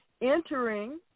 entering